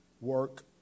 Work